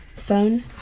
Phone